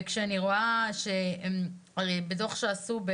וכשאני רואה דו"ח שעשו,